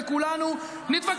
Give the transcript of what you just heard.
כולם רצו, תתנערו ממי